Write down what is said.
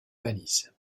valise